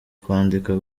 kwandika